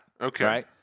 Okay